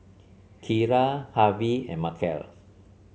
Kira Harvie and Markell